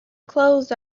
clothes